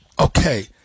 Okay